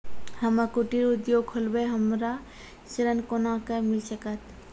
हम्मे कुटीर उद्योग खोलबै हमरा ऋण कोना के मिल सकत?